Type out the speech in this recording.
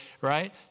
right